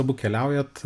abu keliaujat